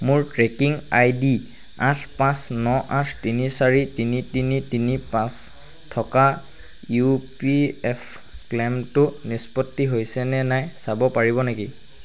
মোৰ tracking ID আঠ পাঁচ ন আঠ তিনি চাৰি তিনি তিনি তিনি পাঁচ থকা ইউ পি এফ ক্লেইমটো নিষ্পত্তি হৈছে নে নাই চাব পাৰিব নেকি